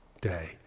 day